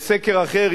בסקר אחר,